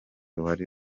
wari